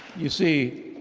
you see,